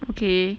okay